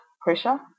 pressure